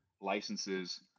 licenses